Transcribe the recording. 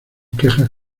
quejas